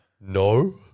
No